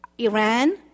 Iran